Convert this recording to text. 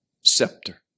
scepter